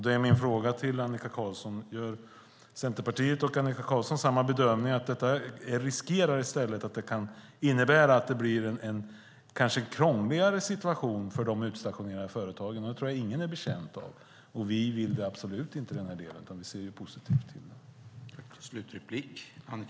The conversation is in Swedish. Då är min fråga till Annika Qarlsson: Gör Centerpartiet och Annika Qarlsson samma bedömning, att detta i stället riskerar att innebära att det kanske blir en krångligare situation för de utstationerade företagen? Det tror jag att ingen är betjänt av.